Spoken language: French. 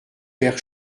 père